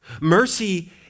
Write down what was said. Mercy